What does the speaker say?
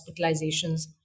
hospitalizations